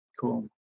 Cool